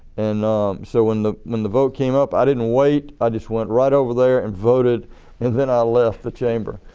and so when the when the vote came up, i didn't wait i just went right over there and voted and then i left the chamber.